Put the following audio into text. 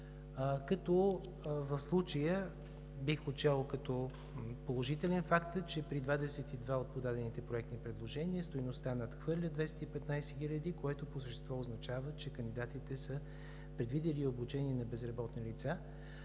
като в случая бих отчел като положителен факта, че при 22 от подадените проектни предложения стойността надхвърля 215 хиляди, което по същество означава, че кандидатите са предвидили и обучение на безработни лица.